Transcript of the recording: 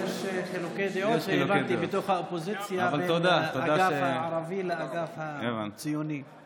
יש חילוקי דעות בתוך האופוזיציה בין האגף הערבי לאגף הציוני.